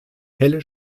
helle